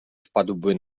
wpadłby